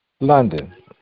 London